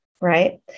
right